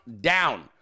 down